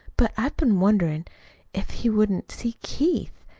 but i've been wonderin' if he wouldn't see keith,